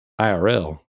IRL